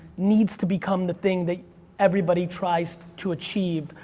needs to become the thing that everybody tries to achieve,